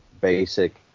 basic